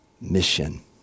mission